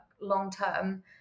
long-term